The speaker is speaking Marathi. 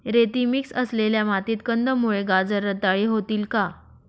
रेती मिक्स असलेल्या मातीत कंदमुळे, गाजर रताळी होतील का?